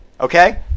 Okay